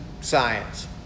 science